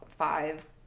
five